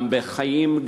גם בחיים,